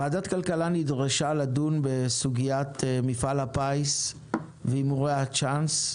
ועדת הכלכלה נדרשה לדון בסוגיית מפעל הפיס והימורי הצ'אנס,